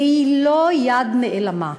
והיא לא יד נעלמה.